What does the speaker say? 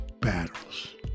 battles